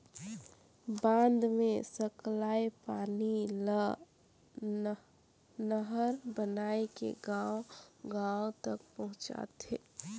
बांध मे सकलाए पानी ल नहर बनाए के गांव गांव तक पहुंचाथें